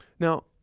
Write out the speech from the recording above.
Now